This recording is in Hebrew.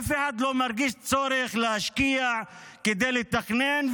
אף אחד לא מרגיש צורך להשקיע כדי לתכנן.